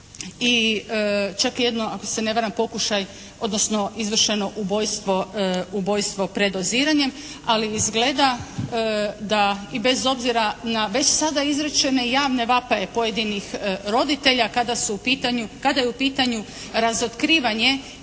i čak je jedno ako se ne varam pokušaj, odnosno izvršeno ubojstvo predoziranje. Ali izgleda da i bez obzira na već sada izrečene javne vapaje pojedinih roditelja kada su u pitanju, kada je